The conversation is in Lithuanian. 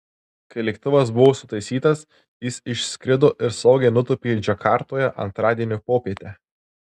kai lėktuvas buvo sutaisytas jis išskrido ir saugiai nutūpė džakartoje antradienio popietę